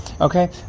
Okay